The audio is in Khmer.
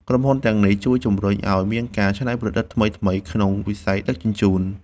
ក្រុមហ៊ុនទាំងនេះជួយជំរុញឱ្យមានការច្នៃប្រឌិតថ្មីៗក្នុងវិស័យដឹកជញ្ជូន។